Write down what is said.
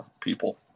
people